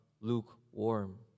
lukewarm